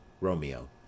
Romeo